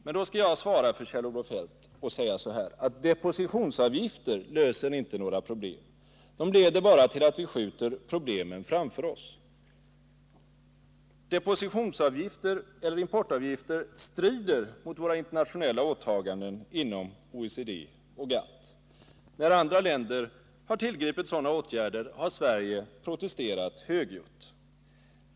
Men då skall jag själv svara åt Kjell-Olof Feldt och säga att depositionsavgifter inte löser några problem. De leder bara till att vi skjuter dem framför oss. Depositionseller importavgifter strider mot våra internationella åtaganden inom OECD och GATT. När andra länder har tillgripit sådana åtgärder har Sverige protesterat högljutt.